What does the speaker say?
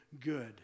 good